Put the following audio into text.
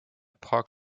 park